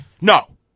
no